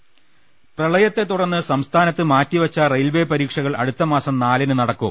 ള്ളിരു പ്രളയത്തെതുടർന്ന് സംസ്ഥാനത്ത് മാറ്റിവെച്ച റെയിൽവെ പരീ ക്ഷകൾ അടുത്തമാസം നാലിന് നടക്കും